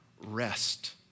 rest